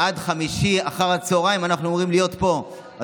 עד חמישי אחר הצוהריים אנחנו אמורים להיות פה.